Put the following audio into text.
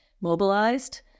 mobilized